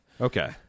Okay